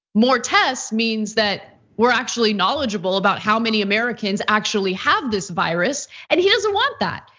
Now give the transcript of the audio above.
more tests means that we're actually knowledgeable about how many americans actually have this virus and he doesn't want that.